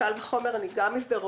קל וחומר, אני גם משדרות.